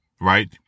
right